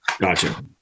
Gotcha